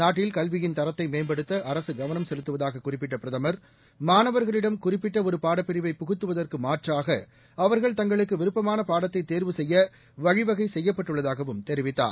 நாட்டில் கல்வியின்தரத்தைமேம்படுத்தஅரசுகவனம்செலுத்துவதாக குறிப்பிட்டபிரதமர் மாணவர்களிடம்குறிப்பிட்டஒருபாடப்பிரிவை புகுத்துவதற்குமாற்றாக அவர்கள்தங்களுக்குவிருப்பமானபாடத்தைதேர்வு செய்யவழிவகைசெய்யப்பட்டுள்ளதாகவும்தெரிவித்தார்